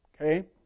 Okay